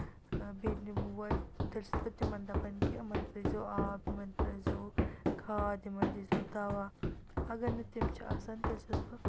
بیٚیہِ بوے تیٚلہِ چھَس بہٕ تِمَن دَپَن کہِ یِمَن تھٲیزیو آب یِمَن ترٛٲیزیو کھاد یِمَن دیٖزیو دَوا اگر نہٕ تِم چھِ آسان تیٚلہِ چھَس بہٕ